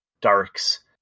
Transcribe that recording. darks